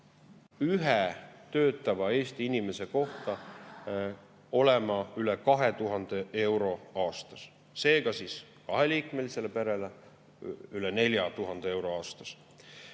ühe töötava Eesti inimese kohta olema üle 2000 euro aastas, seega siis kaheliikmelisele perele üle 4000 euro aastas.